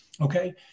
Okay